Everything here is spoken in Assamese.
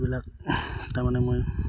এইবিলাক তাৰমানে মই